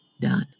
done